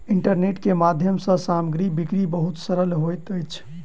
internet के माध्यम सँ सामग्री बिक्री बहुत सरल होइत अछि